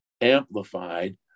amplified